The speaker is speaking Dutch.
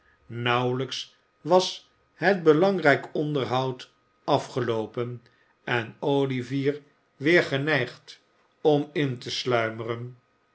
nauwelijks was het belangrijk onderhoud afgeloopen en olivier weer geneigd om in te sluimeren